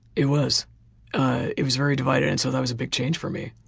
it was ah it was very divided and so that was a big change for me.